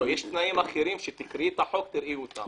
יש תנאים אחרים שתקראי את החוק את תראי אותם.